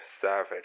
savage